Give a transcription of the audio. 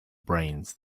brains